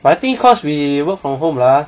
I think cause we work from home lah